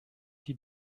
die